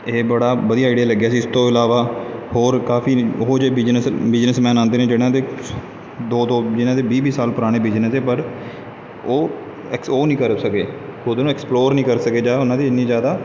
ਇਹ ਬੜਾ ਵਧੀਆ ਆਈਡੀਆ ਲੱਗਿਆ ਸੀ ਇਸ ਤੋਂ ਇਲਾਵਾ ਹੋਰ ਕਾਫ਼ੀ ਇਹੋ ਜਿਹੇ ਬਿਜਨਸ ਬਿਜਨਸਮੈਨ ਆਉਂਦੇ ਨੇ ਜਿਨ੍ਹਾਂ ਦੇ ਦੋ ਦੋ ਜਿਨ੍ਹਾਂ ਦੇ ਵੀਹ ਵੀਹ ਸਾਲ ਪੁਰਾਣੇ ਬੀਜਨਸ ਨੇ ਪਰ ਉਹ ਐਕਸ ਉਹ ਨਹੀਂ ਕਰ ਸਕੇ ਖੁਦ ਨੂੰ ਐਕਸਪਲੋਰ ਨਹੀਂ ਕਰ ਸਕੇ ਜਾਂ ਉਹਨਾਂ ਦੀ ਇੰਨੀ ਜ਼ਿਆਦਾ